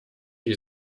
die